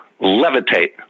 levitate